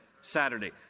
Saturday